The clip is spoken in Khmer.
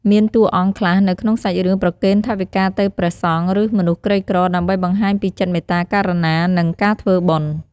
មានតួអង្គខ្លះនៅក្នុងសាច់រឿងប្រគេនថវិកាទៅព្រះសង្ឃ ឬ មនុស្សក្រីក្រ ដើម្បីបង្ហាញពីចិត្តមេត្តាករុណា និង ការធ្វើបុណ្យ។